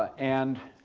and,